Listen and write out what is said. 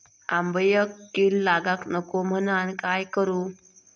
आंब्यक कीड लागाक नको म्हनान काय करू?